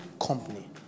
company